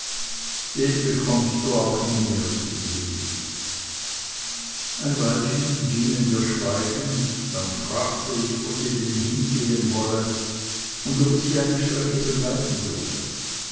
den bekommst du nie mehr zu sehen ein weilchen gingen wir schweigend dann fragte ich wo sie denn hingehen wolle und ob ich sie eine strecke begleiten dürfe